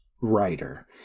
writer